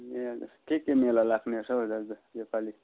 ए हजुर के के मेला लाग्ने रहेछ हौ दाजु यो पाली